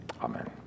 Amen